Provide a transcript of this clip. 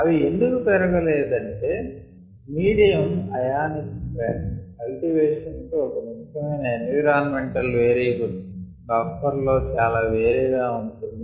అవి ఎందుకు పెరగలేదంటే మీడియం ఆయానికి స్ట్రెంత్ కల్టివేషన్ కు ఒక ముఖ్యమైన ఎన్విరాన్మెంటల్ వేరియబుల్ బఫర్ లో చాలా వేరేగా ఉంటుంది